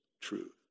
truth